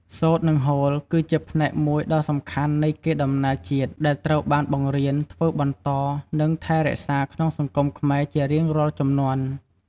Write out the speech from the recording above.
សូត្រ និងហូលគឺជាផ្នែកមួយដ៏សំខាន់នៃកេរដំណែលជាតិ ដែលត្រូវបានបង្រៀន ធ្វើបន្ត និងថែរក្សាក្នុងសង្គមខ្មែរជារៀងរាល់ជំនាន់។